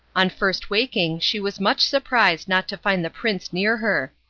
on first waking she was much surprised not to find the prince near her.